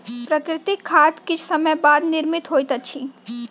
प्राकृतिक खाद किछ समय के बाद निर्मित होइत अछि